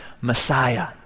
Messiah